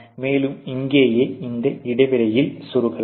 மேலும் இங்கேயே இந்த இடைவெளியில் செருக்கலாம்